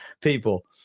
people